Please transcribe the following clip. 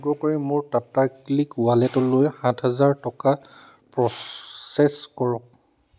অনুগ্ৰহ কৰি মোৰ টাটা ক্লিক ৱালেটলৈ সাত হেজাৰ টকা প্ৰচেছ কৰক